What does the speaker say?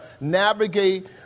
navigate